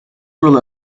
rule